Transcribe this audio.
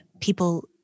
people